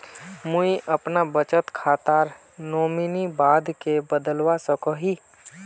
मुई अपना बचत खातार नोमानी बाद के बदलवा सकोहो ही?